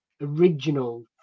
original